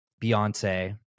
Beyonce